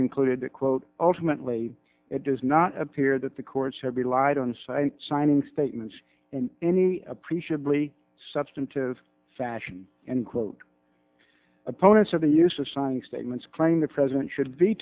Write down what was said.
concluded that quote ultimately it does not appear that the courts have relied on site signing statements in any appreciably substantive fashion and quote opponents of the use of signing statements crying the president should